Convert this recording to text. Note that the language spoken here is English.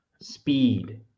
Speed